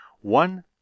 One